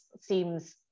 seems